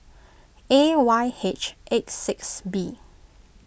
A Y H eight six B